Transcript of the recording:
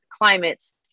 climates